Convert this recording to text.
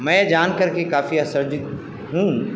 मैं जान करके काफी आश्चर्यचकित हूँ